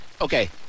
Okay